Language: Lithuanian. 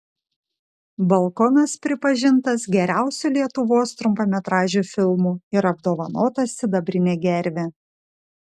balkonas pripažintas geriausiu lietuvos trumpametražiu filmu ir apdovanotas sidabrine gerve